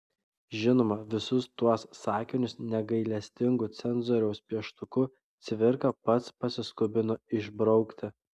žinoma visus tuos sakinius negailestingu cenzoriaus pieštuku cvirka pats pasiskubino išbraukti